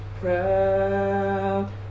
proud